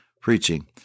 preaching